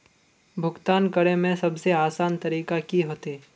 भुगतान करे में सबसे आसान तरीका की होते?